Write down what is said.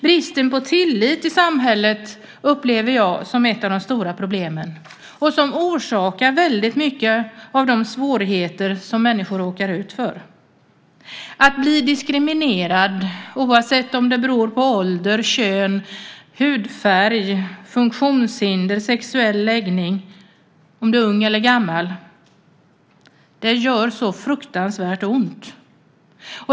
Bristen på tillit i samhället upplever jag som ett av de stora problemen som orsakar mycket av de svårigheter som människor råkar ut för. Att bli diskriminerad, oavsett om det beror på ålder, kön, hudfärg, funktionshinder, sexuell läggning, om du är ung eller gammal, gör så fruktansvärt ont.